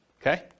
okay